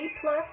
plus